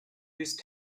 use